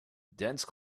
dense